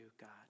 God